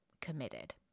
committed